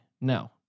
No